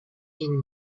inc